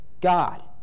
God